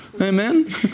Amen